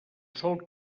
sol